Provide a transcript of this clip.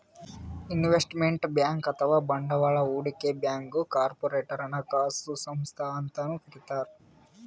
investment bank ಅಥವಾ ಬಂಡವಾಳ್ ಹೂಡಿಕೆ ಬ್ಯಾಂಕ್ಗ್ ಕಾರ್ಪೊರೇಟ್ ಹಣಕಾಸು ಸಂಸ್ಥಾ ಅಂತನೂ ಕರಿತಾರ್